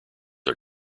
are